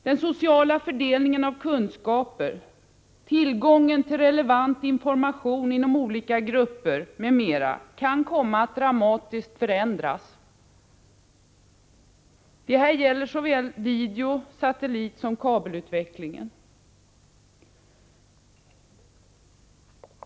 Den sociala fördelningen av kunskaper, tillgången till relevant information inom olika grupper m.m. kan komma att dramatiskt förändras. Det här gäller såväl videooch satellitsom kabelutvecklingen.